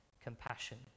Compassion